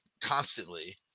constantly